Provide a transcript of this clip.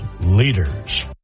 leaders